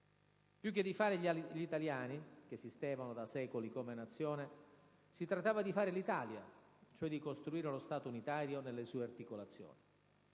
Più che di fare gli italiani, che esistevano da secoli come nazione, si trattava di fare l'Italia, cioè di costruire lo Stato unitario nelle sue articolazioni.